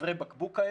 צווארי בקבוק.